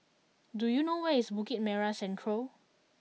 do you know where is Bukit Merah Central